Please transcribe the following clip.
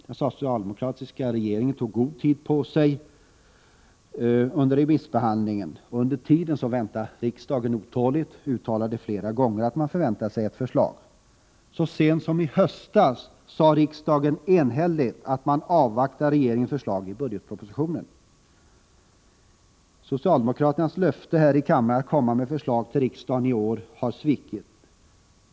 Den socialdemokratiska regeringen tog god tid på sig för remissbehandlingen. Under tiden väntade riksdagen otåligt och uttalade flera gånger att man förväntade sig ett förslag. Så sent som i höstas uttalade riksdagen enhälligt att man avvaktar regeringens förslag i budgetpropositionen. Socialdemokraternas löfte här i kammaren att komma med förslag till riksdagen har svikits.